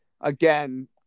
again